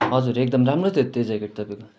हजुर एकदम राम्रो थियो त त्यो ज्याकेट तपाईँको